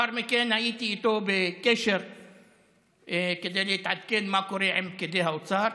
לאחר מכן הייתי איתו בקשר כדי להתעדכן מה קורה עם פקידי האוצר,